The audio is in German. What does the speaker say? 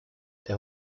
der